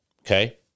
okay